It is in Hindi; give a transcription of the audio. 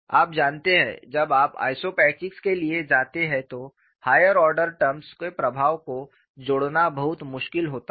आप जानते हैं जब आप आइसोपैचिक्स के लिए जाते हैं तो हायर ऑर्डर टर्म्स के प्रभाव को जोड़ना बहुत मुश्किल होता है